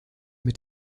mit